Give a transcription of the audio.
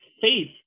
faith